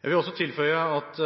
Jeg vil også tilføye at